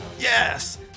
Yes